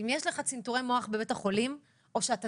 אם יש לך צנתור מוח בבית החולים או שאתה